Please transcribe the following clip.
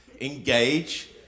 Engage